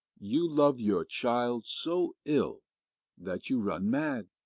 you love your child so ill that you run mad,